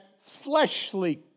fleshly